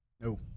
No